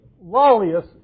Lollius